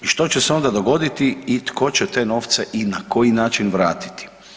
I što će se onda dogoditi i tko će te novce i na koji način vratiti?